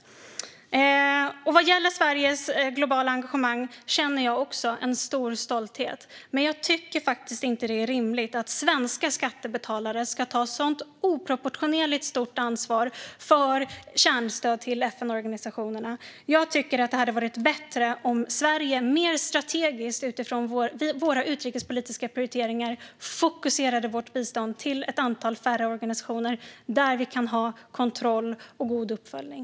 Vad gäller Sveriges globala engagemang känner jag också en stor stolthet, men jag tycker faktiskt inte att det är rimligt att svenska skattebetalare ska ta ett så oproportionerligt stort ansvar för kärnstöd till FN-organisationerna. Jag tycker att det hade varit bättre om Sverige mer strategiskt, utifrån våra utrikespolitiska prioriteringar, fokuserade vårt bistånd till ett antal färre organisationer där vi kan ha kontroll och god uppföljning.